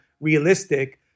realistic